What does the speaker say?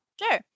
Sure